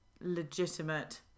legitimate